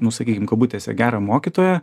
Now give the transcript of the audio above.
nu sakykim kabutėse gerą mokytoją